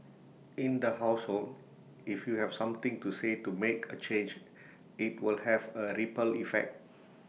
in the household if you've something to say to make A change IT will have A ripple effect